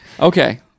Okay